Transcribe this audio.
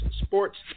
sports